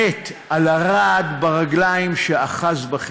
מדהים אותי.